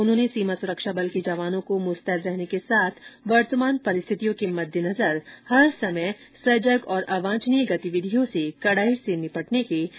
उन्होंने सीमा सुरक्षा बल के जवानों को मुस्तैद रहने के साथ वर्तमान परिस्थितियों के मद्देनजर हर समय सजग और अवांछनीय गतिविधियों से कड़ाई से निपटने के निर्देश दिए